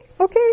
okay